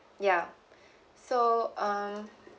ya so um